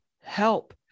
help